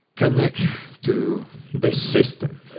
connect to this system.